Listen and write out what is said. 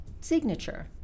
signature